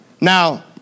now